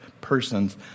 persons